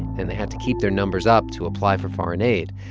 and they had to keep their numbers up to apply for foreign aid.